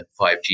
5G